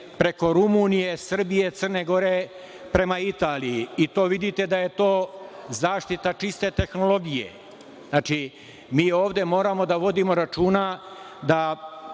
preko Rumunije, Srbije, Crne Gore prema Italiji. Vidite da je to zaštita čiste tehnologije. Znači, mi ovde moramo da vodimo računa da